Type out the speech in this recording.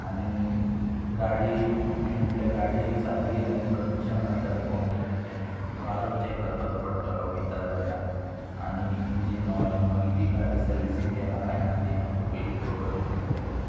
आनी गाडी मेन म्हटल्यार गाडी सारकी रनींग कंडीशनान आसा जाल्यार पळोंक जाय तेचे वारो चॅक करपाचो पडटलो वयता जाल्यार आनी इंजीन ऑयल मागीर ती गाडी सर्विसींग केला कांय ना ती आमकां पयलीं पळोवपाची पडटली